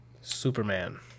Superman